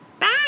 Bye